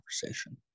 conversation